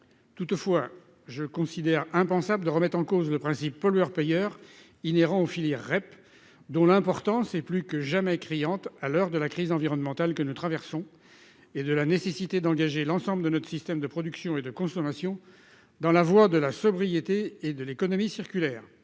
Toutefois, je considère qu'il est impensable de remettre en cause le principe pollueur-payeur inhérent aux filières REP, dont l'importance est plus que jamais criante à l'heure de la crise environnementale que nous traversons et de la nécessité d'engager l'ensemble de notre système de production et de consommation dans la voie de la sobriété et de l'économie circulaire.